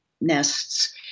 nests